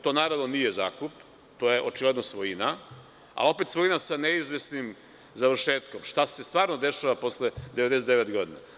To, naravno, nije zakup, to je očigledno svojina, a opet svojina sa neizvesnim završetkom - šta se stvarno dešava posle 99 godina.